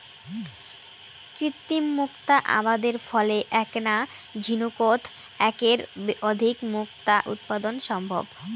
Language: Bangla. কৃত্রিম মুক্তা আবাদের ফলে এ্যাকনা ঝিনুকোত এ্যাকের অধিক মুক্তা উৎপাদন সম্ভব